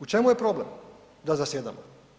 U čemu je problem da zasjedamo?